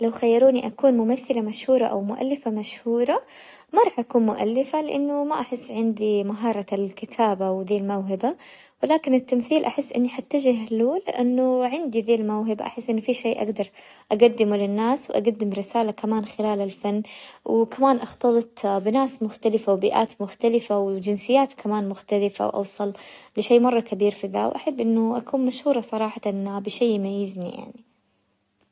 لو خيروني اكون ممثلة مشهورة او مؤلفة مشهورة، ما راح اكون مؤلفة لانه ما احس عندي مهارة الكتابة وذي الموهبة، ولكن التمثيل احس اني حتجه له لانه عندي ذي الموهبة، احس ان في شي اقدر اقدمه للناس واقدم رسالة كمان خلال الفن، وكمان اختلط بناس مختلفة وبيئات مختلفة وجنسيات كمان مختلفة واوصل لشي مرة كبير في ذا، واحب انه اكون مشهورة صراحة بشيء يميزني يعني.